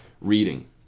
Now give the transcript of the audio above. reading